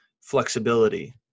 flexibility